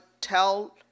tell